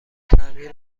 تعمیر